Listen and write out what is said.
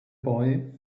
boy